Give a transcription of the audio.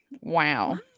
Wow